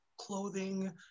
clothing